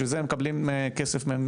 בשביל זה מקבלים כסף.